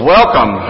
Welcome